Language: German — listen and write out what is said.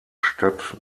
stadt